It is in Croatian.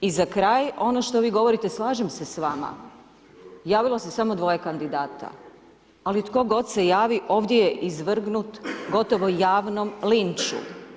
I za kraj, ono što vi govorite, slažem se s vama, javilo se samo 2 kandidata, ali tko god se javio, ovdje je izvrgnut gotovo javnom linču.